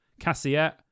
Cassiette